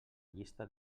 llista